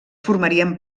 formarien